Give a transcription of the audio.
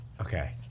Okay